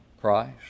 Christ